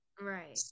Right